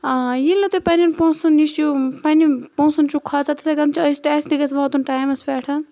آ ییٚلہِ نہٕ تُہۍ پَننٮ۪ن پونٛسَن یہِ چھِو پَننہِ پونٛسَن چھِو کھوژان تِتھٕے کٔنۍ چھِ أسۍ تہِ اَسہِ تہِ گَژھِ واتُن ٹایِمَس پٮ۪ٹھ